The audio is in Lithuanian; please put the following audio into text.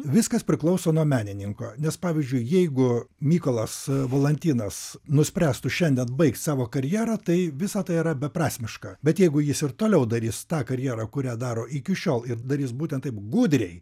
viskas priklauso nuo menininko nes pavyzdžiui jeigu mykolas valantinas nuspręstų šiandien baigt savo karjerą tai visa tai yra beprasmiška bet jeigu jis ir toliau darys tą karjerą kurią daro iki šiol ir darys būtent taip gudriai